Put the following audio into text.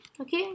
Okay